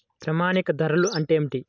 ప్రామాణిక ధరలు అంటే ఏమిటీ?